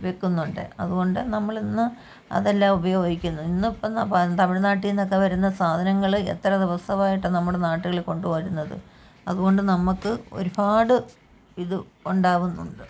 വെക്കുന്നുണ്ട് അതുകൊണ്ട് നമ്മളിന്ന് അതെല്ലാം ഉപയോഗിക്കുന്നു ഇന്ന് ഇപ്പം തമിഴ്നാട്ടിൽ നിന്നൊക്കെ വരുന്ന സാധനങ്ങൾ എത്ര ദിവസമായിട്ട് നമ്മുടെ നാട്ടിൽ കൊണ്ടുവരുന്നത് അതുകൊണ്ട് നമ്മൾക്ക് ഒരുപാട് ഇത് ഉണ്ടാവുന്നുണ്ട്